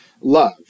love